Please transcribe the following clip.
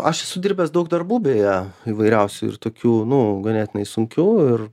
aš esu dirbęs daug darbų beje įvairiausių ir tokių nu ganėtinai sunkių ir